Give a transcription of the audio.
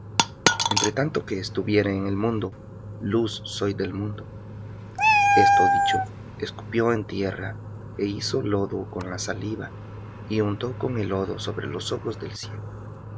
entre tanto que estuviere en el mundo luz soy del mundo esto dicho escupió en tierra é hizo lodo con la saliva y untó con el lodo sobre los ojos del ciego